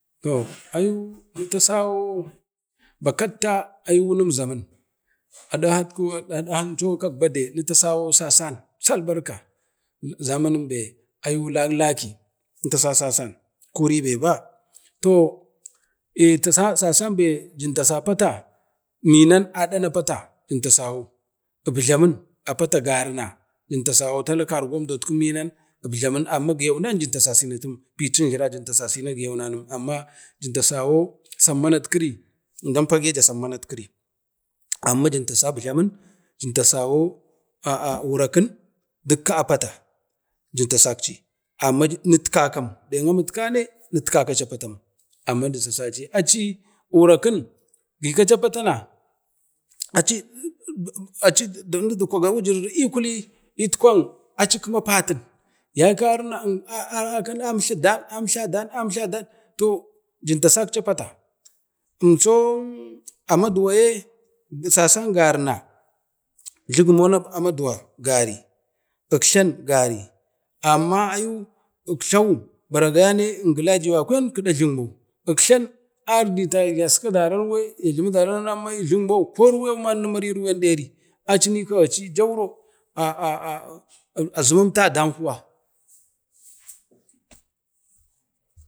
Toh ayu nuntsawo bakatte nitasawo ayu wunumzamin aɗihat aɗuhamcho kak bade nitasawo sasam salbarka zama num bee ayu laklaki nitasa sasan kuribe ba, toh ee sasan bee jim tasa pata minam aɗan a pata jin tasawa, ubjlamun a pata gamina jim tasawa kargum dotku niman, ubjlamun mimam giyaunan picin jlira jin tasasina giyaunan num, amma jin tasawo sammanat kiri əmdan pagaja samma nat kiri amma jin tasawo ubjlamun, jin tasawo urakin dukka a pata ji tasaci aci urakin nɛɛ kakam aci urakin gi kaci apatana aci aci nudukwago wujiri i kuli aci kima patin yai kari na aci əmtle dan-əmtan don toh jin tasakci a pata, umchon amaduwa ye sasam garina jlugmon a maduwa gari, iktlan gari amma ayu ikltau baragayane inglajiwakwen kida jlugmou, iktlam ardita gaski dara irwan amma jlugman jouro aci azummamta dan huwa.